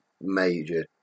major